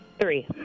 Three